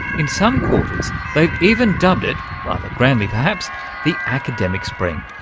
in some quarters they've even dubbed it rather grandly perhaps the academic spring.